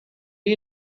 you